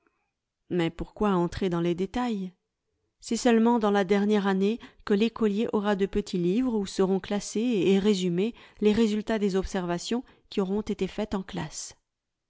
mais pourquoi entrer dans les détails c'est seulement dans la dernière année que l'écolier aura de petits livres où seront classés et résumés les résultats des observations qui auront été faites en classe